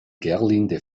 gerlinde